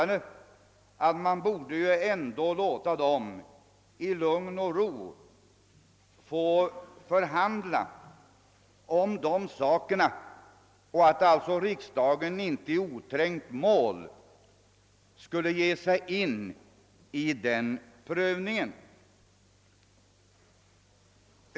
Det ansågs, att de i lugn och ro borde få förhandla om dessa saker och att riksdagen alltså inte i oträngt mål skulle ge sig in på en prövning.